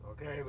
okay